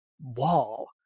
wall